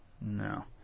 No